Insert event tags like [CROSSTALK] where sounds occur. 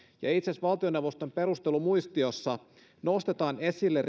ja itse asiassa valtioneuvoston perustelumuistiossa nostetaan esille [UNINTELLIGIBLE]